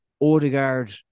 Odegaard